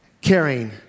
caring